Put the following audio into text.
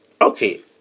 Okay